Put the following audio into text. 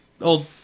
old